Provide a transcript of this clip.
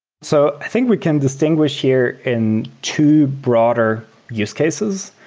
so i think we can distinguish here in two broader use cases.